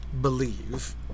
believe